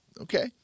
okay